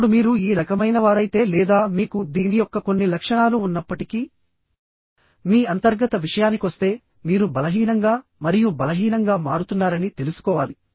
ఇప్పుడు మీరు ఈ రకమైనవారైతే లేదా మీకు దీని యొక్క కొన్ని లక్షణాలు ఉన్నప్పటికీ మీ అంతర్గత విషయానికొస్తే మీరు బలహీనంగా మరియు బలహీనంగా మారుతున్నారని తెలుసుకోవాలి